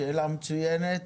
שאלה מצוינת.